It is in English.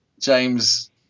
James